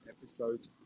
episodes